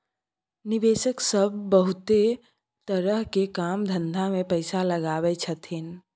निवेशक सब बहुते तरह के काम धंधा में पैसा लगबै छथिन